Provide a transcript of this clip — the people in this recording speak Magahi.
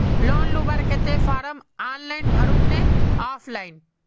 लोन लुबार केते फारम ऑनलाइन भरुम ने ऑफलाइन?